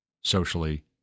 socially